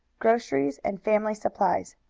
groceries and family supplies.